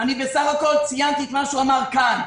אני בסך הכול ציינתי את מה שהוא אמר כאן.